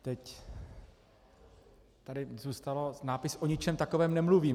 Teď tady zůstal nápis: O ničem takovém nemluvím.